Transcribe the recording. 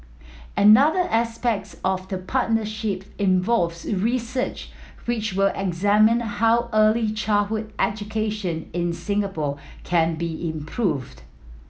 another aspects of the partnership involves research which will examine how early childhood education in Singapore can be improved